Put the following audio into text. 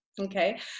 okay